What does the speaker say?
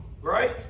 Right